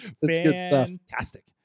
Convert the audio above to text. fantastic